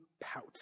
pout